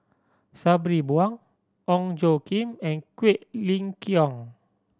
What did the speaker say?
Sabri Buang Ong Tjoe Kim and Quek Ling Kiong